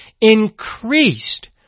increased